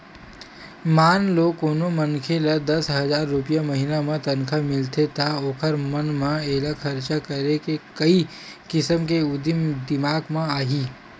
मान लो कोनो मनखे ल दस हजार रूपिया महिना म तनखा मिलथे त ओखर मन म एला खरचा करे के कइ किसम के उदिम दिमाक म आही